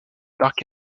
dark